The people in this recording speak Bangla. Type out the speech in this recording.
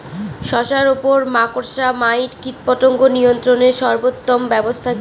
শশার উপর মাকড়সা মাইট কীটপতঙ্গ নিয়ন্ত্রণের সর্বোত্তম ব্যবস্থা কি?